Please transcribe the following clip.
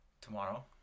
Tomorrow